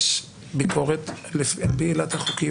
יש ביקורת לפי עילת החוקיות.